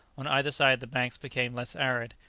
on either side the banks became less arid,